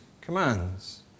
commands